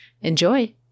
Enjoy